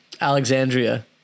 Alexandria